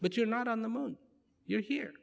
but you're not on the moon you're here